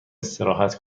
استراحت